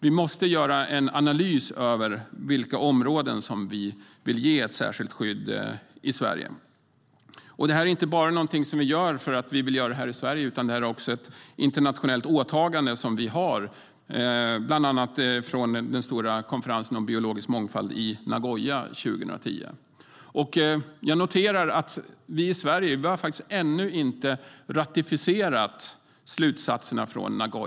Vi måste göra en analys av vilka områden i Sverige som vi vill ge ett särskilt skydd. Vi gör det inte bara för att vi i Sverige vill göra det. Det är också ett internationellt åtagande som vi har, bland annat från den stora konferensen om biologisk mångfald i Nagoya 2010. Jag noterar att Sverige ännu inte har ratificerat slutsatserna från Nagoya.